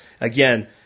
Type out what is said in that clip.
Again